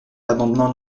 l’amendement